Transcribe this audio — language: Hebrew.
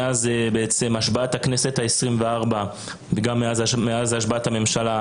הוועדה לא הוקמה מאז השבעת הכנסת ה-24 ומאז השבעת הממשלה.